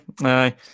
aye